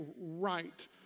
right